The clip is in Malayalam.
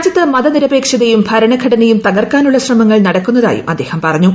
രാജ്യത്ത് മതനിരപേക്ഷതയും ഭരണഘടനയും തകർക്കാനുള്ള ശ്രമങ്ങൾ നടക്കുന്നതായും അദ്ദേഹം പറഞ്ഞു